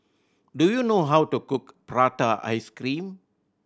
do you know how to cook prata ice cream